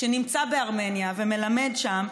שנמצא בארמניה ומלמד שם,